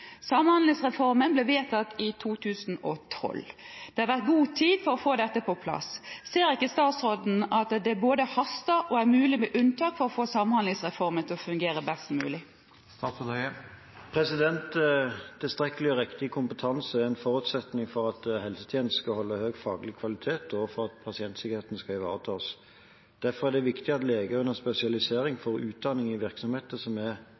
Samhandlingsreformen ble vedtatt i 2012. Det har vært god tid for å få dette på plass. Ser ikke statsråden at det både haster og er mulig med unntak for å få samhandlingsreformen til å fungere best mulig?» Tilstrekkelig og riktig kompetanse er en forutsetning for at helsetjenestene holder høy faglig kvalitet, og for at pasientsikkerheten ivaretas. Derfor er det viktig at leger under spesialisering får utdanning i virksomheter som er